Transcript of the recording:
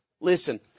Listen